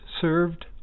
served